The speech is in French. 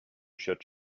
chiottes